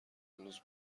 هنوز